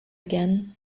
again